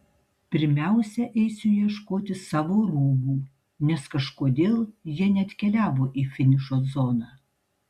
pirmiausia eisiu ieškoti savo rūbų nes kažkodėl jie neatkeliavo į finišo zoną